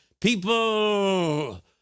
people